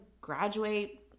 graduate